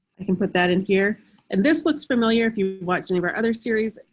i can put that in here and this looks familiar. if you watch any of our other series.